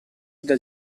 dal